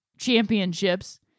championships